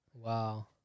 Wow